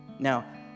Now